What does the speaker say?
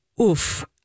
oof